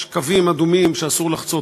יש קווים אדומים שאסור לחצות.